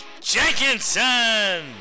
Jenkinson